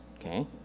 okay